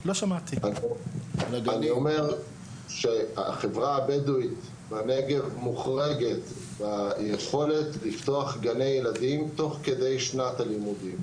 אני אומר שהחברה הבדואית מוחרגת לפתוח גני ילדים תוך כדי שנת הלימודים,